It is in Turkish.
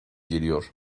geliyor